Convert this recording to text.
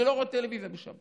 אני לא רואה טלוויזיה בשבת,